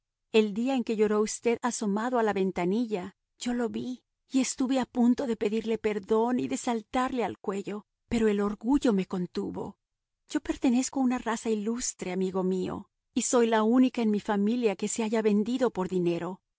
el día en que lloró usted asomado a la ventanilla yo lo vi y estuve a punto de pedirle perdón y de saltarle al cuello pero el orgullo me contuvo yo pertenezco a una raza ilustre amigo mío y soy la única en mi familia que se haya vendido por dinero